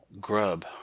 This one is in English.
Grub